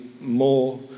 more